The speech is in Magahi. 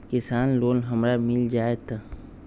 किसान लोन हमरा मिल जायत?